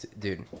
dude